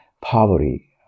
poverty